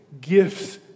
gifts